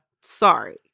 Sorry